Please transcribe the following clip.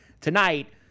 tonight